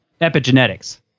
epigenetics